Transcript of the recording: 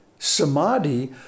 Samadhi